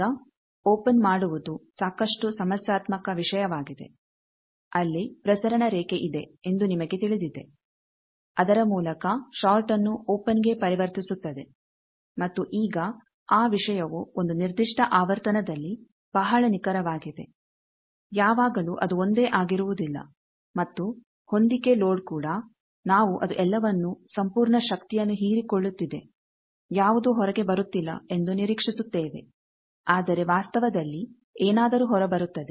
ಈಗ ಓಪೆನ್ ಮಾಡುವುದು ಸಾಕಷ್ಟು ಸಮಸ್ಯಾತ್ಮಕ ವಿಷಯವಾಗಿದೆ ಅಲ್ಲಿ ಪ್ರಸರಣ ರೇಖೆ ಇದೆ ಎಂದು ನಿಮಗೆ ತಿಳಿದಿದೆ ಅದರ ಮೂಲಕ ಷಾರ್ಟ್ಅನ್ನು ಓಪೆನ್ಗೆ ಪರಿವರ್ತಿಸುತ್ತದೆ ಮತ್ತು ಈಗ ಆ ವಿಷಯವು ಒಂದು ನಿರ್ದಿಷ್ಟ ಆವರ್ತನದಲ್ಲಿ ಬಹಳ ನಿಖರವಾಗಿದೆ ಯಾವಾಗಲೂ ಅದು ಒಂದೇ ಆಗಿರುವುದಿಲ್ಲ ಮತ್ತು ಹೊಂದಿಕೆ ಲೋಡ್ ಕೂಡ ನಾವು ಅದು ಎಲ್ಲವನ್ನೂ ಸಂಪೂರ್ಣ ಶಕ್ತಿಯನ್ನು ಹೀರಿಕೊಳ್ಳುತ್ತಿದೆ ಯಾವುದೂ ಹೊರಗೆ ಬರುತ್ತಿಲ್ಲ ಎಂದು ನಿರೀಕ್ಷಿಸುತ್ತೇವೆ ಆದರೆ ವಾಸ್ತವದಲ್ಲಿ ಏನಾದರೂ ಹೊರಬರುತ್ತದೆ